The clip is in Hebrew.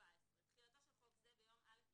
--- "14.(א)תחילתו של חוק זה ביום א'